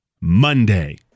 Monday